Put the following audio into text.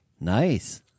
Nice